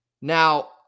Now